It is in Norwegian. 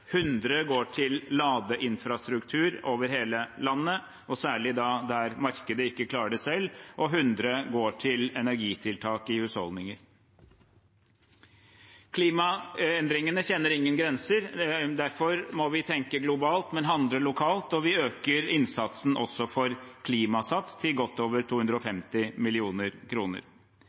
100 mill. kr går til ladeinfrastruktur over hele landet – særlig der markedet ikke klarer det selv – og 100 mill. kr går til energitiltak i husholdninger. Klimaendringene kjenner ingen grenser. Derfor må vi tenke globalt, men handle lokalt, og vi øker innsatsen også for Klimasats til godt over 250